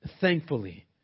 thankfully